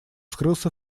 скрылся